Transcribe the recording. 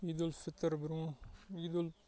عیدالفطر برونٛہہ عیدُل